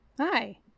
Hi